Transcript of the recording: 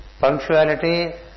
punctuality